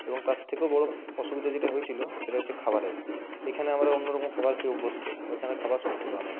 এবং তার থেকেও বড় অসুবিধা যেটা হয়েছিল সেটা হচ্ছে খাবারের এখানে আমরা অন্যরকম খাবার খেয়ে অভ্যস্ত ওইখানের খাবার সম্পূর্ণ আলাদা